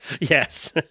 Yes